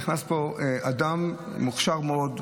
נכנס לפה אדם מוכשר מאוד,